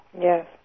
Yes